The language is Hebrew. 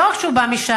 לא רק שהוא בא משם,